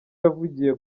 yavugiye